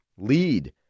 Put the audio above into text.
lead